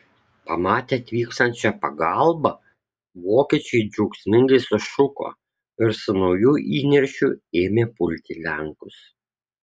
pamatę atvykstančią pagalbą vokiečiai džiaugsmingai sušuko ir su nauju įniršiu ėmė pulti lenkus